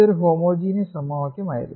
ഇതൊരു ഹോമോജിനിയസ് സമവാക്യമായിരുന്നു